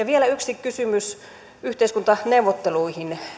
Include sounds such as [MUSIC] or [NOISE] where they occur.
[UNINTELLIGIBLE] vielä yksi kysymys yhteiskuntaneuvotteluihin